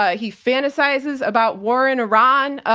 ah he fantasizes about war in iran.